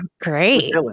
great